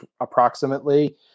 approximately